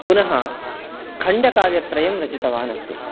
पुनः खण्डकाव्यत्रयं रचितवान् अस्ति